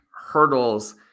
hurdles